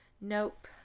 Nope